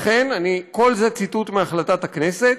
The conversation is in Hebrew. לכן, כל זה ציטוט מהחלטת הכנסת,